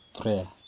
prayer